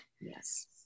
Yes